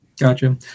Gotcha